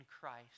Christ